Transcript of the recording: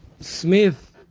smith